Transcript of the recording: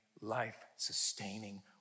life-sustaining